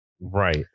Right